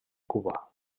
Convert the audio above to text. cuba